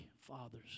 father's